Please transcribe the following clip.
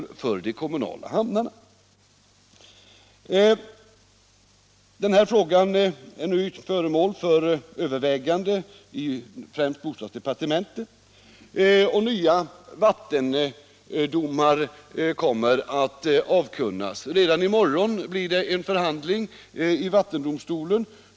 Den här frågan är föremål för övervägande främst inom bostadsdepartementet. Och nya vattendomar kommer att avkunnas. Redan i morgon blir det en förhandling i vattendomstolen.